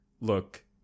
look